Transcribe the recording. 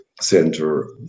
center